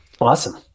Awesome